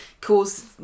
cause